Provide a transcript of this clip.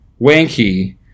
wanky